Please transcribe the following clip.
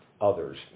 others